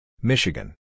Michigan